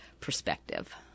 Perspective